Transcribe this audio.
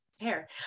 hair